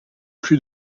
plus